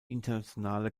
internationale